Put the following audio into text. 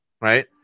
right